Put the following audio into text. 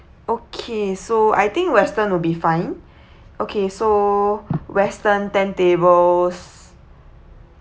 okay so I think western will be fine okay so western ten tables